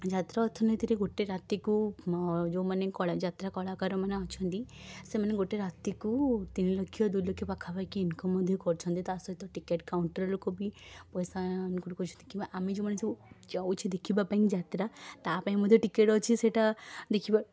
ଯାତ୍ରାର ଅର୍ଥନୀତିରେ ଗୋଟେ ରାତିକୁ ଯେଉଁମାନେ ଯାତ୍ରା କଳା ଯାତ୍ରା କଳାକାରମାନେ ଅଛନ୍ତି ସେମାନେ ଗୋଟେ ରାତିକୁ ତିନି ଲକ୍ଷ ଦୁଇ ଲକ୍ଷ ପାଖାପାଖି ଇନକମ୍ ମଧ୍ୟ କରୁଛନ୍ତି ତା' ସହିତ ଟିକେଟ୍ କାଉଣ୍ଟର୍ରୁ ବି ପଇସା କରୁଛନ୍ତି କିମ୍ବା ଆମେ ଯେଉଁମାନେ ସବୁ ଯାଉଛେ ଦେଖିବାପାଇଁ ଯାତ୍ରା ତା' ପାଇଁ ମଧ୍ୟ ଟିକେଟ୍ ଅଛି ସେଇଟା ପାଇଁ ଦେଖିବା